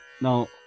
Now